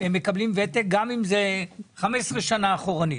הם מקבלים ותק גם אם אלה 15 שנים אחורנית.